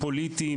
פוליטיים,